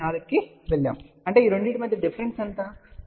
4 కి వెళ్ళాము అంటే ఈ రెండింటి మధ్య డిఫరెన్స్ ఎంత డిఫరెన్స్ j 0